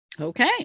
Okay